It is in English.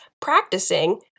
practicing